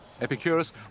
Epicurus